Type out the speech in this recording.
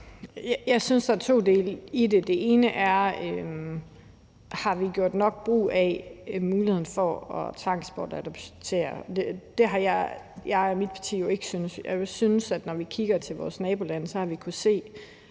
Jeg synes, at der er to dele i det. Den ene del er, om vi har gjort nok brug af muligheden for at tvangsbortadoptere. Det har jeg og mit parti jo ikke syntes. Jeg synes, at når vi kigger til vores nabolande, har vi kunnet se,